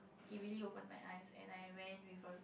it really opens my eyes and I went with a